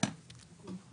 תקציבים,